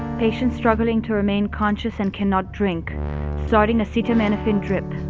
patient struggling to remain conscious and cannot drink starting acetaminophen drip